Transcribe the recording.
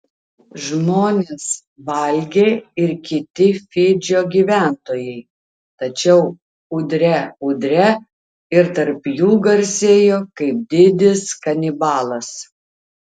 žmones valgė ir kiti fidžio gyventojai tačiau udre udre ir tarp jų garsėjo kaip didis kanibalas